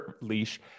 leash